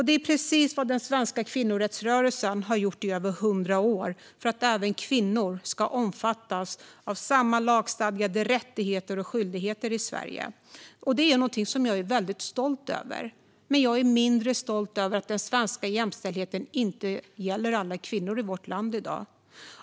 Det är precis så den svenska kvinnorättsrörelsen har arbetat i över 100 år för att även kvinnor ska omfattas av lagstadgade rättigheter och skyldigheter i Sverige. Det är någonting som jag är väldigt stolt över. Men jag är mindre stolt över att den svenska jämställdheten inte gäller alla kvinnor i vårt land i dag.